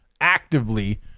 actively